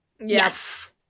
Yes